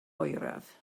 oeraf